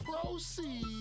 proceed